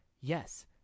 Yes